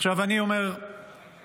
עכשיו אני אומר לך,